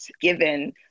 given